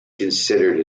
considered